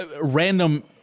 random